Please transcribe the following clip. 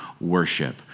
worship